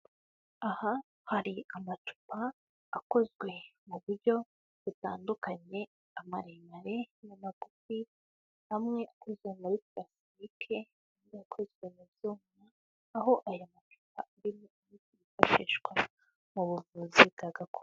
Aha hari amacupa akozwe mu buryo butandukanye, amaremare n'amagufi amwe akozwe muri parasitike, yakozwe mu byuma aho aya macupa arimo arifashishwa mu buvuzi bwa gakondo.